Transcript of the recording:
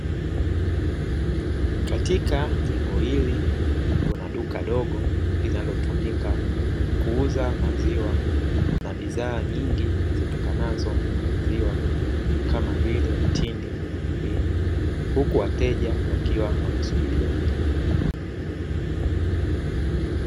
Katika jengo hili, kuna duka dogo linalotumika kuuza maziwa na bidhaa nyingi, zitokanazo na maziwa kama vile mtindi na jibini huku wateja wakiwa wanasubiria huduma.